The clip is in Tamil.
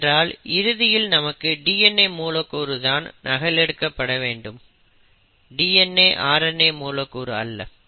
ஏனென்றால் இறுதியில் நமக்கு DNA மூலக்கூறு தான் நகல் எடுக்கப்படவேண்டும் DNA RNA மூலக்கூறு அல்ல